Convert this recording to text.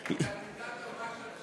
היא תלמידה טובה שלך.